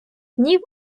днів